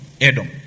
Edom